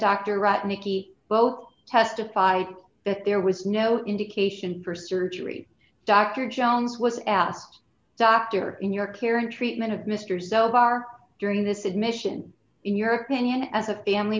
dr ratner both testified that there was no indication for surgery dr jones was asked dr in your care and treatment of misters o'barr during this admission in your opinion as a family